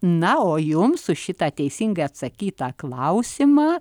na o jums už šitą teisingai atsakytą klausimą